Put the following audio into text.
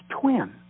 twin